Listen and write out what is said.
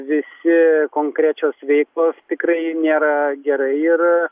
visi konkrečios veiklos tikrai nėra gerai ir